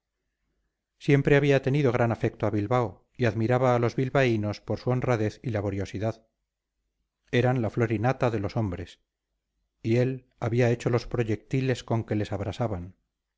siempre había tenido gran afecto a bilbao y admiraba a los bilbaínos por su honradez y laboriosidad eran la flor y nata de los hombres y él había hecho los proyectiles con que les abrasaban